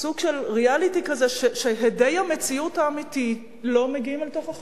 סוג של ריאליטי כזה שהדי המציאות האמיתית לא מגיעים לתוך החדר.